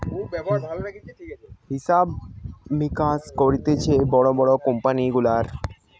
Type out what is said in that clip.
হিসাব মিকাস করতিছে বড় বড় কোম্পানি গুলার